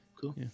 cool